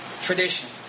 tradition